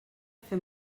fer